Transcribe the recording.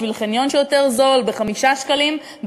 בשביל חניון יותר זול ב-5 שקלים,